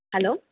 hello